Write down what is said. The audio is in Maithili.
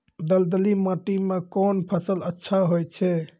दलदली माटी म कोन फसल अच्छा होय छै?